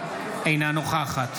אינה נוכחת